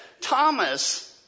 Thomas